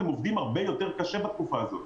הם עובדים הרבה יותר קשה בתקופה הזאת.